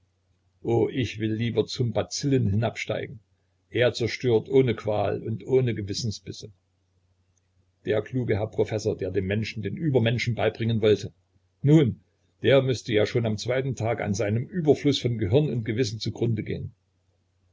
o ich will lieber zum bazillen hinabsteigen er zerstört ohne qual und ohne gewissensbisse der kluge herr professor der dem menschen den übermenschen beibringen wollte nun der müßte ja schon am zweiten tage an seinem überfluß von gehirn und gewissen zu grunde gehen